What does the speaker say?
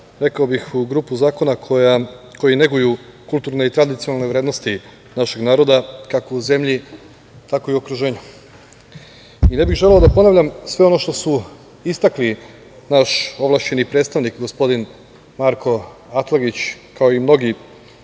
rekao bih u grupu zakona koji neguju kulturne i tradicionalne vrednosti našeg naroda, kako u zemlji, tako i u okruženju. Ne bih želeo da ponavljam sve ono što su istakli naš ovlašćeni predstavnik, gospodin Marko Atlagić, kao i mnogi poslanici